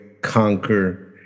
conquer